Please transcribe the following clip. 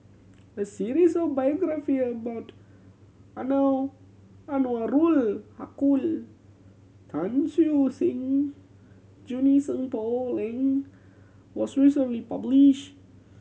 a series of biographie about Anwarul Haque Tan Siew Sin Junie Sng Poh Leng was recently publish